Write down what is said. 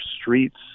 streets